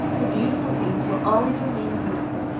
the beautiful things will always remain beautiful,